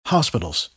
Hospitals